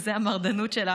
זאת המרדנות שלה.